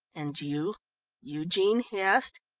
and you you, jean? he asked.